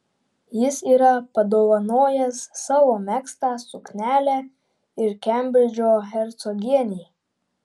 jis yra padovanojęs savo megztą suknelę ir kembridžo hercogienei